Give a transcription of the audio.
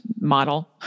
model